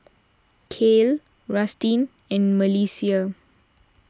Kael Rustin and Melissia